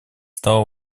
стало